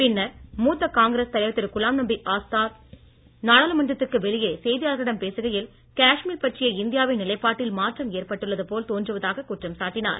பின்னர் மூத்த காங்கிரஸ் தலைவர் திரு குலாம் நபி ஆசாத் நாடாளுமன்றத்திற்கு வெளியே செய்தியாளர்களிடம் பேசுகையில் காஷ்மீர் பற்றிய இந்தியாவின் நிலைப்பாட்டில் மாற்றம் ஏற்பட்டுள்ளது போல் தோன்றுவதாக குற்றம் சாட்டினார்